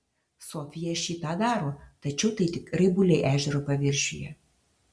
sofija šį tą daro tačiau tai tik raibuliai ežero paviršiuje